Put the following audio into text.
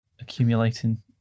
accumulating